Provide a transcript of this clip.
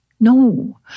No